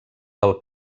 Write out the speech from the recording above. del